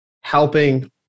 helping